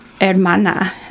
hermana